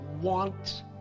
want